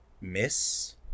miss